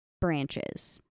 branches